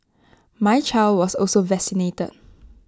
my child was also vaccinated